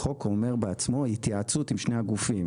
החוק אומר בעצמו התייעצות עם שני הגופים,